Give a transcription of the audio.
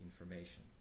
information